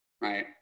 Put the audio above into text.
right